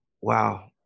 Wow